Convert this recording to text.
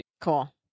Cool